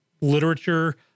literature